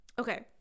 Okay